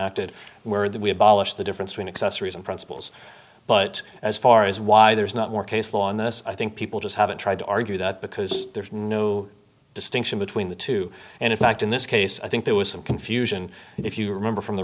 that we abolished the difference tween accessories and principles but as far as why there's not more case law on this i think people just haven't tried to argue that because there's no distinction between the two and in fact in this case i think there was some confusion if you remember from the